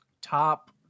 top